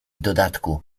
dodatku